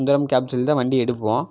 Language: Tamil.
கேப்ஸுல்தான் வண்டி எடுப்போம்